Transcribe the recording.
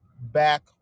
back